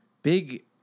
Big